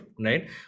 right